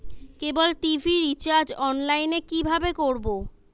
কেবল TV recharge online এ কিভাবে করব?